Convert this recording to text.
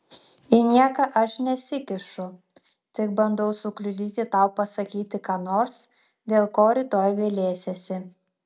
į nieką aš nesikišu tik bandau sukliudyti tau pasakyti ką nors dėl ko rytoj gailėsiesi